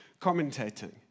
commentating